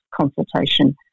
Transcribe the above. consultation